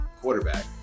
quarterback